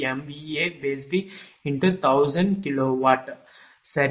94 kVAr சரி